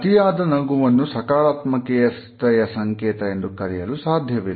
ಅತಿಯಾದ ನಗುವನ್ನು ಸಕಾರಾತ್ಮಕತೆಯು ಸಂಕೇತ ಎಂದು ಕರೆಯಲು ಸಾಧ್ಯವಿಲ್ಲ